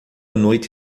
noite